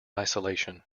isolation